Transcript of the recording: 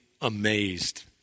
amazed